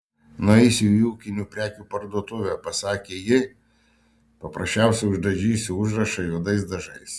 nueisiu į ūkinių prekių parduotuvę pasakė ji paprasčiausiai uždažysiu užrašą juodais dažais